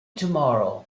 tomorrow